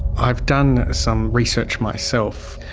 i've done some research myself.